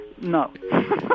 no